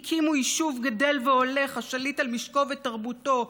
והקימו יישוב גדל והולך השליט על משקו ותרבותו,